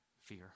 fear